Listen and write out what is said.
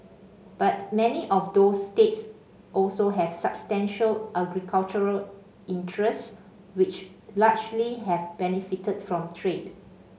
but many of those states also have substantial agricultural interests which largely have benefited from trade